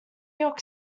york